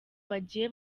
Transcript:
bagiye